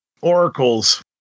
oracles